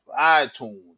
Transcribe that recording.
iTunes